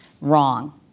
wrong